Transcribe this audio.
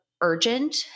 urgent